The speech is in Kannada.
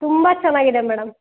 ತುಂಬ ಚೆನ್ನಾಗಿದೆ ಮೇಡಮ್